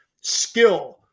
skill